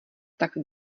tak